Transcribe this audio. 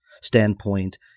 standpoint